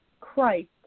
Christ